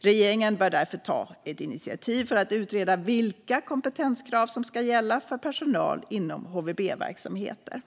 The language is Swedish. Regeringen bör därför ta ett initiativ för att utreda vilka kompetenskrav som ska gälla för personal inom HVB-verksamheter.